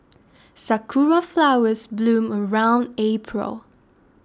sakura flowers bloom around April